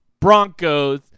Broncos